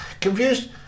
Confused